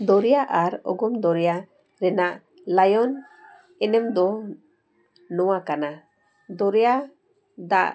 ᱫᱚᱨᱭᱟ ᱟᱨ ᱚᱜᱚᱢ ᱫᱚᱨᱭᱟ ᱨᱮᱱᱟᱜ ᱞᱟᱭᱚᱱ ᱮᱱᱮᱢ ᱫᱚ ᱱᱚᱣᱟ ᱠᱟᱱᱟ ᱫᱚᱨᱭᱟ ᱫᱟᱜ